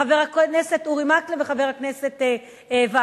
חבר הכנסת אורי מקלב וחבר הכנסת וקנין,